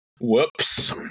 Whoops